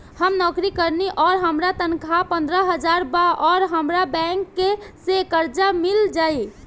हम नौकरी करेनी आउर हमार तनख़ाह पंद्रह हज़ार बा और हमरा बैंक से कर्जा मिल जायी?